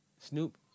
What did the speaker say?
Snoop